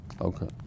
Okay